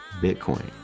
Bitcoin